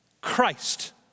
Christ